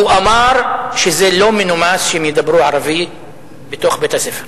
הוא אמר שזה לא מנומס שהם ידברו ערבית בתוך בית-הספר.